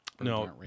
no